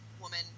woman